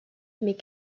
mais